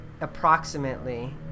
approximately